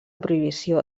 prohibició